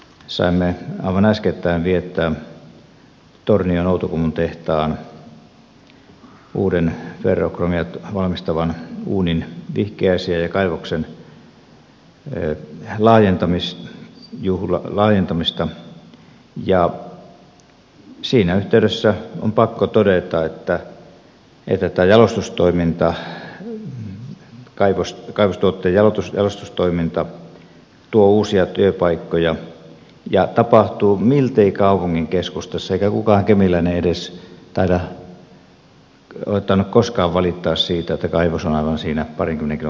saimme aivan äskettäin viettää tornion outokummun tehtaan uuden ferrokromia valmistavan uunin vihkiäisiä ja kaivoksen laajentamista ja siinä yhteydessä on pakko todeta että tämä kaivostuotteen jalostustoiminta tuo uusia työpaikkoja ja tapahtuu miltei kaupungin keskustassa eikä kukaan kemiläinen edes ole tainnut koskaan valittaa siitä että kaivos on aivan siinä parinkymmenen kilometrin päässä